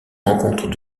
rencontres